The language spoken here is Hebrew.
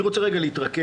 אני רוצה רגע להתרכז,